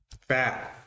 Fat